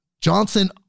Johnson